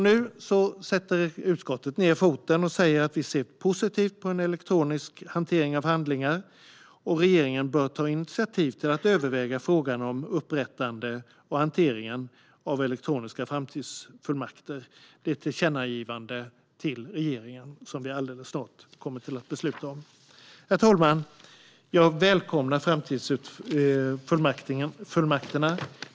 Nu sätter utskottet ned foten och säger att vi också ser positivt på en elektronisk hantering av handlingar. Regeringen bör ta initiativ till att överväga frågan om upprättande och hantering av elektroniska framtidsfullmakter. Det är ett tillkännagivande till regeringen som vi alldeles snart kommer att besluta om. Herr talman! Jag välkomnar framtidsfullmakterna.